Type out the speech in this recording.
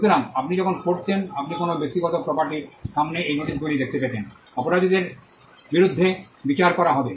সুতরাং আপনি যখন পড়তেন আপনি কোনও ব্যক্তিগত প্রপার্টির সামনে এই নোটিশগুলি দেখতে পেতেন অপরাধীদের বিরুদ্ধে বিচার করা হবে